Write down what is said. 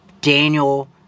Daniel